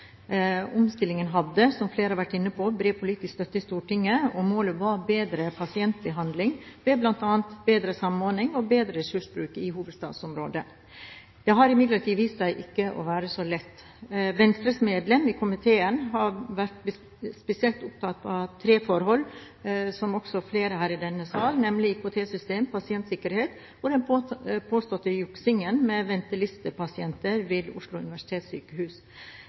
Omstillingen hadde – som flere har vært inne på – bred politisk støtte i Stortinget, og målet var bedre pasientbehandling, gjennom bl.a. bedre samordning og bedre ressursbruk i hovedstadsområdet. Det har imidlertid vist seg ikke å være så lett. Venstres medlem i komiteen har – som også flere i denne sal – vært spesielt opptatt av tre forhold, nemlig IKT-systemet, pasientsikkerheten og den påståtte juksingen med ventelistepasienter ved Oslo universitetssykehus.